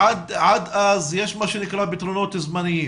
עד אז, יש, מה שנקרא, פתרונות זמניים,